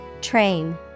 Train